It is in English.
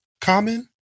Common